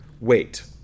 wait